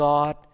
God